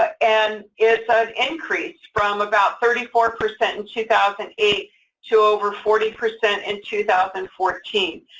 ah and it's ah an increase from about thirty four percent in two thousand and eight to over forty percent in two thousand and fourteen,